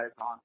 on